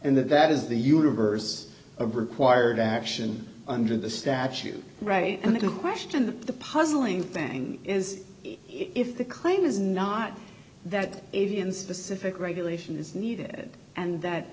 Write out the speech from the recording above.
and that that is the universe of required action under the statue right and the question that the puzzling thing is if the claim is not that even specific regulation is needed and that